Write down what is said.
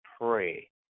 pray